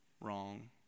wrong